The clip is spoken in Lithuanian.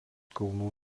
kalnų